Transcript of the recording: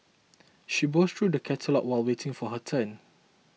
she browsed through the catalogues while waiting for her turn